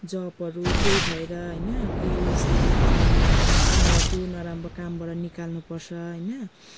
जबहरू केही भएर होइन केही ऊ यसले उसलाई उनीहरूलाई त्यो नराम्रो कामबाट निकाल्नु पर्छ होइन